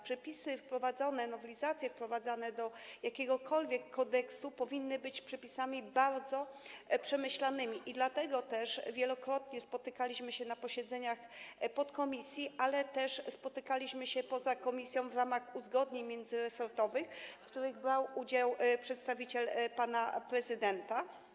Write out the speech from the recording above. Przepisy, nowelizacje wprowadzane do jakiegokolwiek kodeksu powinny być przepisami bardzo przemyślanymi i dlatego też wielokrotnie spotykaliśmy się na posiedzeniach podkomisji, ale też spotykaliśmy się poza komisją w ramach uzgodnień międzyresortowych, w których brał udział przedstawiciel pana prezydenta.